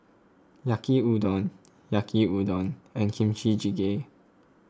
Yaki Udon Yaki Udon and Kimchi Jjigae